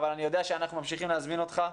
אבל אני יודע שאנחנו ממשיכים להזמין אותך.